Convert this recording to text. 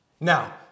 Now